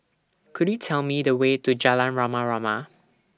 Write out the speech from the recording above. Could YOU Tell Me The Way to Jalan Rama Rama